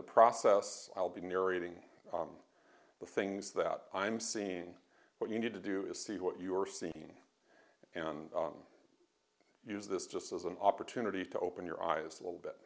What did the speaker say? the process i'll be narrating the things that i'm seeing what you need to do is see what you are seeing and use this just as an opportunity to open your eyes a little bit